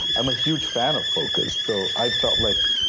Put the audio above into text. i'm a huge fan of focus, so i felt like,